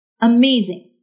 amazing